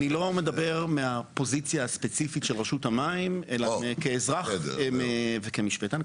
אני לא מדבר מהפוזיציה הספציפית של רשות המים אלא כאזרח וכמשפטן.